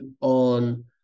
on